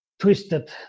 twisted